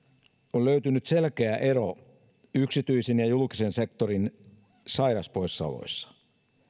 on löytynyt selkeä ero yksityisen ja julkisen sektorin sairaspoissaoloissa